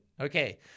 Okay